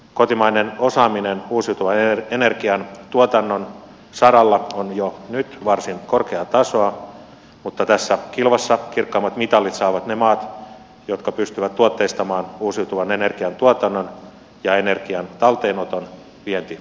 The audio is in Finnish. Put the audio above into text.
kotimainen osaaminen uusiutuvan energian tuotannon saralla on jo nyt varsin korkeaa tasoa mutta tässä kilvassa kirkkaimmat mitalit saavat ne maat jotka pystyvät tuotteistamaan uusiutuvan energian tuotannon ja energian talteenoton vientituotteiksi